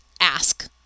ask